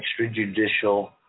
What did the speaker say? extrajudicial